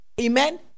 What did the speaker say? Amen